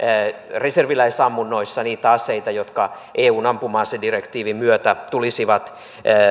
reserviläisammunnoissa niitä aseita jotka eun ampuma asedirektiivin myötä tulisivat